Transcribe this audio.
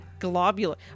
Globular